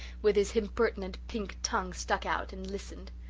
with his impertinent pink tongue stuck out, and listened.